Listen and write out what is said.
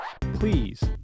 please